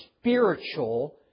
spiritual